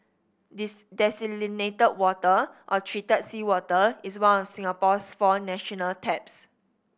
desalinated water or treated seawater is one of Singapore's four national taps